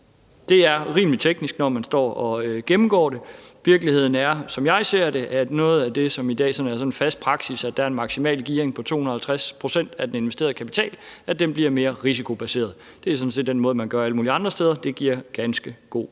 Det er rimelig teknisk, når man står og gennemgår det. Virkeligheden er, som jeg ser det, at noget af det, som i dag sådan er fast praksis, nemlig at der er en maksimal gearing på 250 pct. af den investerede kapital, bliver mere risikobaseret. Det er sådan set den måde, man gør det alle mulige andre steder, og det giver ganske god